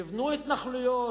יבנו התנחלויות,